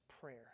prayer